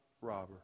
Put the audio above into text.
robber